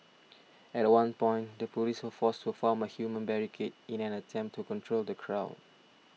at one point the police were forced to form a human barricade in an attempt to control the crowd